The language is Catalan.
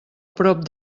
prop